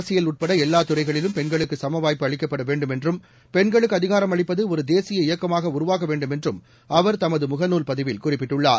அரசியல் உள்பட எல்லா துறைகளிலும் பெண்களுக்கு சம வாய்ப்பு அளிக்கப்பட வேண்டும் என்றும் பெண்களுக்கு அதிகாரம் அளிப்பது ஒரு தேசிய இயக்கமாக உருவாக வேண்டும் என்றும் அவர் தனது முகநூல் பதிவில் குறிப்பிட்டுள்ளார்